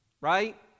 right